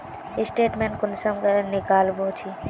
Statement कुंसम निकलाबो छी?